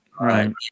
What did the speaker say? Right